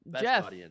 Jeff